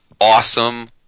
awesome